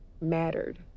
mattered